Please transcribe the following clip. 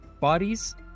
bodies